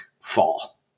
fall